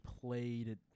played